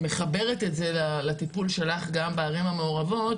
מחברת את זה לטיפול שלך גם בערים המעורבות